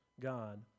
God